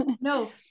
No